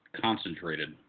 concentrated